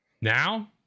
Now